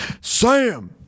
Sam